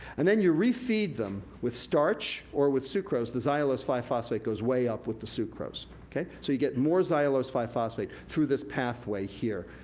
and then you re-feed them with starch or with sucrose, the xylulose five phosphate goes way up with the sucrose. so you get more xylulose five phosphate through this pathway here,